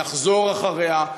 נחזור אחריה,